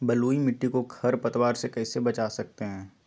बलुई मिट्टी को खर पतवार से कैसे बच्चा सकते हैँ?